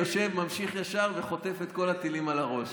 יושב, ממשיך ישר וחוטף את כל הטילים על הראש.